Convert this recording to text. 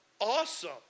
awesome